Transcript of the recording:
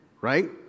right